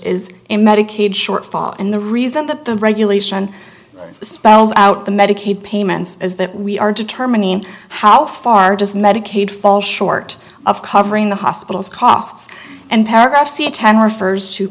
is in medicaid shortfall and the reason that the regulation spells out the medicaid payments is that we are determining how far does medicaid fall short of covering the hospital's costs and paragraph c ten refers to